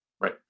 Right